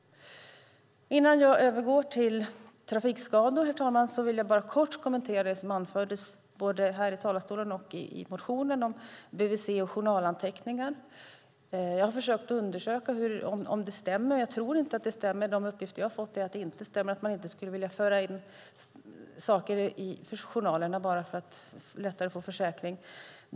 Innan jag övergår till trafikskador, herr talman, vill jag kort kommentera det som anfördes både i talarstolen och i motionen om bvc och journalanteckningar. Jag har försökt undersöka om det stämmer, men jag tror inte att det stämmer. De uppgifter jag har fått är att det inte stämmer, att man inte skulle vilja föra in saker i journalerna bara för att lättare få försäkring.